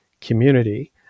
community